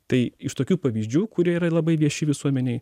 tai iš tokių pavyzdžių kurie yra labai vieši visuomenei